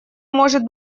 может